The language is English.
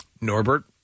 Norbert